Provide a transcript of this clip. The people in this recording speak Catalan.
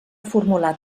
formular